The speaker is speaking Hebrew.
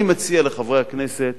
אני מציע לחברי הכנסת,